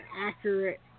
accurate